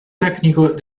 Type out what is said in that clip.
tecnico